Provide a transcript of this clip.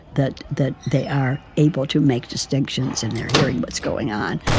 that that they are able to make distinctions, and they are hearing what's going on,